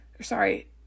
Sorry